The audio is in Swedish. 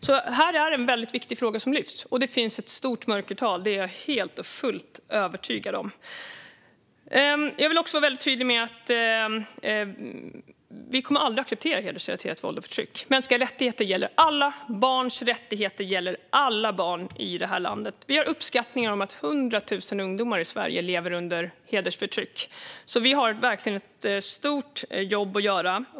Det här är en viktig fråga som lyfts, och det finns ett stort mörkertal. Det är jag helt och fullt övertygad om. Jag vill också vara tydlig med att vi aldrig kommer att acceptera hedersrelaterat våld och förtryck. Mänskliga rättigheter gäller alla. Barns rättigheter gäller alla barn i det här landet. Vi gör uppskattningen att 100 000 ungdomar i Sverige lever under hedersförtryck, så vi har verkligen ett stort jobb att göra.